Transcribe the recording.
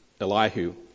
Elihu